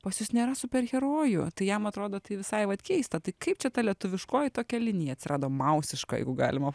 pas jus nėra superherojų tai jam atrodo tai visai vat keista tai kaip čia ta lietuviškoji tokia linija atsirado mausiška jeigu galima